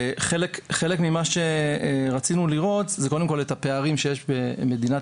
חלק ממה שרצינו לראות זה קודם כל את הפערים שיש במדינת